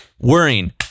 worrying